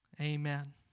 Amen